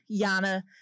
Yana